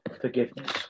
forgiveness